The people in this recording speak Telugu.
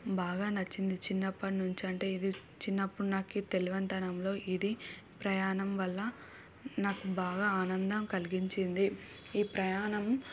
బాగా నచ్చింది చిన్నప్పటి నుంచి అంటే ఇది చిన్నప్పుడు నాకు ఈ తెలియనితనంలో ఇది ప్రయాణం వల్ల నాకు బాగా ఆనందం కలిగించింది ఈ ప్రయాణం